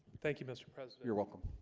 thank you mr. president you're welcome